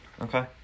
Okay